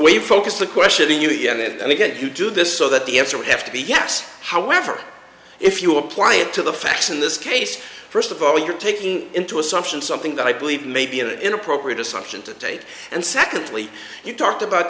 you focus the question to you again and we get to do this so that the answer would have to be yes however if you apply it to the facts in this case first of all you're taking into assumption something that i believe may be an inappropriate assumption to take and secondly you talked about